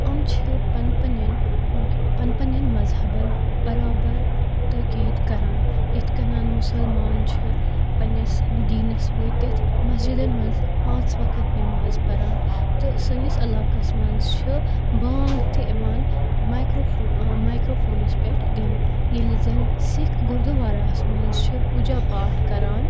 یِم چھِ پَن پَنٮ۪ن پَن پَنٮ۪ن مَذہَبَن بَرابَر تٲکیٖد کَران یِتھ کَنۍ مُسَلمان چھ پَننِس دینَس وٲتِتھ مَسجِدَن منٛز پانژھ وَقت نٮ۪ماز پَران تہٕ سٲنِس عَلاقَس منٛز چھِ بانگ تہِ یِوان مایکروفو مایکروفونَس پٮ۪ٹھ دِنہِ ییٚلہِ زَن سِکھ گُردِواراہَس منٛز چھِ پوجا پاٹھ کَران